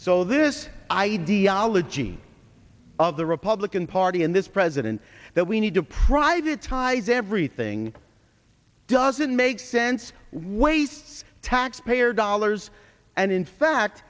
so this ideology of the republican party and this president that we need to privatizing everything doesn't make sense when he thinks taxpayer dollars and in fact